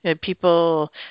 people